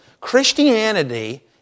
Christianity